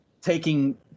taking